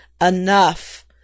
enough